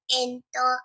ento